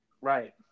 Right